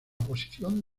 posición